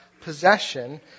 possession